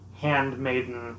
handmaiden